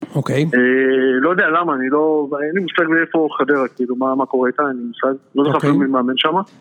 לא יודע למה, אני לא... אין לי מושג איפה חדרה, מה קורה איתה, אין לי מושג, לא זוכר מי מאמן שמה.